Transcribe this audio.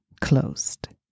closed